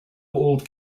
old